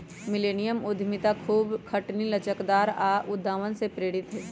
millennium उद्यमिता खूब खटनी, लचकदार आऽ उद्भावन से प्रेरित हइ